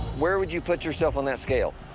where would you put yourself on that scale?